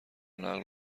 نقل